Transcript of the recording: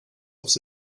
aufs